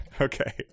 Okay